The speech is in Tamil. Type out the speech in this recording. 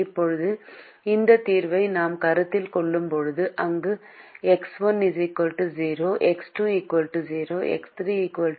இப்போது இந்த தீர்வை நாம் கருத்தில் கொள்ளும்போது அங்கு X1 0 X2 0 X3 4 மற்றும் X4 10